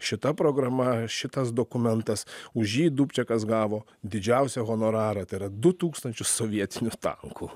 šita programa šitas dokumentas už jį dubčekas gavo didžiausią honorarą tai yra du tūkstančius sovietinių tankų